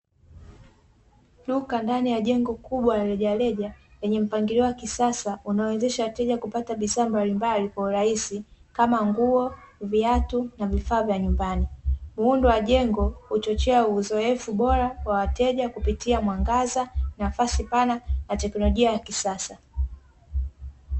Duka ndani ya jengo kubwa la rejareja lenye mpangilio wa kisasa unaowezesha wateja kupata bidhaa mbalimbali kwa urahisi kama nguo, viatu na vifaa vya nyumbani. Muundo wa jengo huchochea uzoefu bora wa wateja kupitia mwangaza, nafasi pana na tekinolojia ya kisasa.